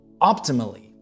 optimally